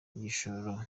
igishoro